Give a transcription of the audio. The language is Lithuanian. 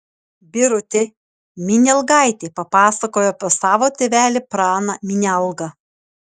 birutė minialgaitė papasakojo apie savo tėvelį praną minialgą